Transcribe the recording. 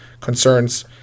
concerns